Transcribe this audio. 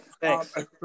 Thanks